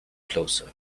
closer